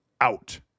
out